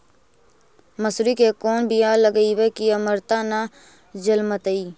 मसुरी के कोन बियाह लगइबै की अमरता न जलमतइ?